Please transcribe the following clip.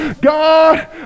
God